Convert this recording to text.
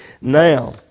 Now